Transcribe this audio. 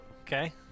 Okay